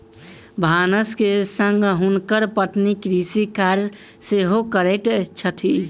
भानस के संग हुनकर पत्नी कृषि कार्य सेहो करैत छथि